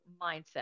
mindset